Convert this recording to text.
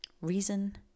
Reason